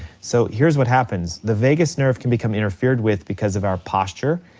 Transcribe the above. so here's what happens, the vagus nerve can become interfered with because of our posture,